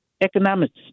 economics